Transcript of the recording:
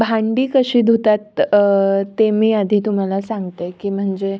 भांडी कशी धुतात ते मी आधी तुम्हाला सांगते की म्हणजे